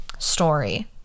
story